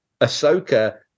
Ahsoka